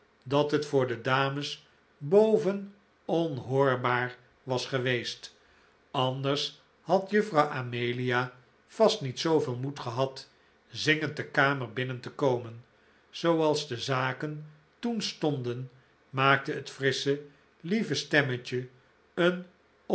dat het voor de dames boven onhoorbaar was geweest anders had juffrouw amelia vast niet zooveel moed gehad zingend de kamer binnen te komen zooals de zaken toen stonden maakte het frissche lieve stemmetje een